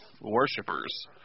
worshippers